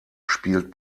spielt